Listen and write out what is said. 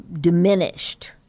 diminished